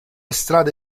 strade